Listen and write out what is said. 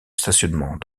stationnement